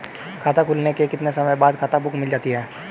खाता खुलने के कितने समय बाद खाता बुक मिल जाती है?